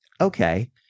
okay